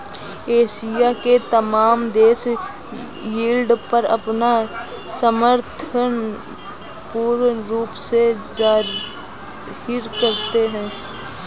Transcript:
Asia के तमाम देश यील्ड पर अपना समर्थन पूर्ण रूप से जाहिर करते हैं